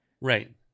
Right